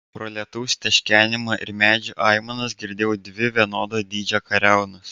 pro lietaus teškenimą ir medžių aimanas girdėjau dvi vienodo dydžio kariaunas